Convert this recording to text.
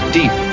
deep